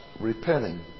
repenting